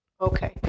Okay